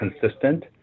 consistent